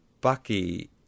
Bucky